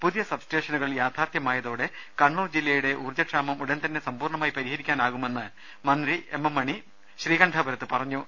പുതിയ സബ്സ്റ്റേഷനുകൾ യാഥാർഥൃമായതോടെ കണ്ണൂർ ജില്ലയുടെ ഊർജ ക്ഷാമം ഉടൻ തന്നെ സമ്പൂർണമായി പരിഹരിക്കാനാകുമെന്ന് മന്ത്രി എം എം മണി ശ്രീകണ്ഠാപുരത്ത് പറഞ്ഞു